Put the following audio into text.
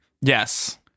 Yes